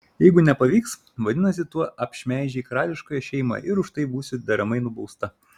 jeigu nepavyks vadinasi tu apšmeižei karališkąją šeimą ir už tai būsi deramai nubausta